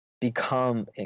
become